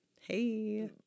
Hey